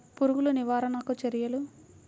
పురుగులు నివారణకు చర్యలు?